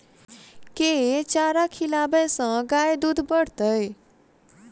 केँ चारा खिलाबै सँ गाय दुध बढ़तै?